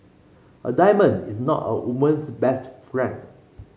a diamond is not a woman's best friend